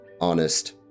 honest